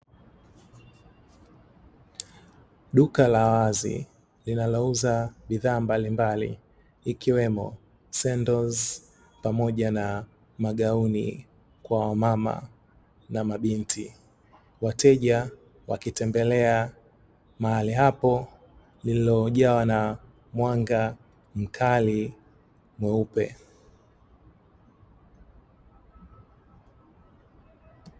Duka la wazi linalouza bidhaa mbalimbali ikiwemo sendozi pamoja na magauni, kwa wamama na mabinti. Wateja wakitembelea mahali hapo lililojawa na mwanga mkali mweupe.